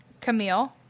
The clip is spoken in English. Camille